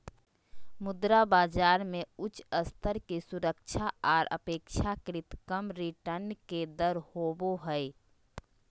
मुद्रा बाजार मे उच्च स्तर के सुरक्षा आर अपेक्षाकृत कम रिटर्न के दर होवो हय